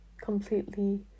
completely